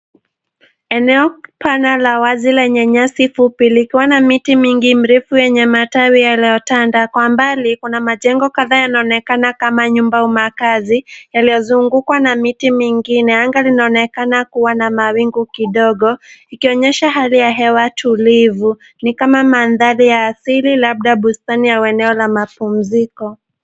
Eneo pana la wazi lenye nyasi fupi likiwa na miti mingi mirefu yenye matawi yaliyotanda. Kwa mbali, kuna majengo kadhaa yanayoonekana kama nyumba au makazi yaliyozungukwa na miti mingine. Anga linaonekana kuwa na mawingu kidogo ikionyesha hali ya hewa tulivu ni kama mandhari ya asili labda bustani au eneo la mapumziko.